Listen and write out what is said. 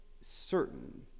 Certain